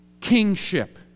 kingship